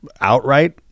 outright